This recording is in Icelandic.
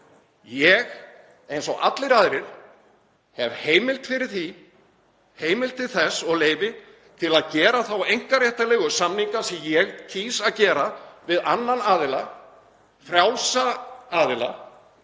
Ég eins og allir aðrir hef heimild til þess og leyfi til að gera þá einkaréttarlegu samninga sem ég kýs að gera við annan aðila, frjálsan aðila,